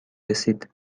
رسید